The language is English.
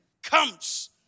Comes